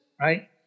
right